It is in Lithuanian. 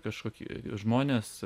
kažkokie žmonės